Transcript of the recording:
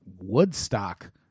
Woodstock